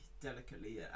delicately